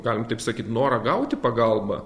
galim taip sakyt norą gauti pagalbą